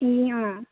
ए अँ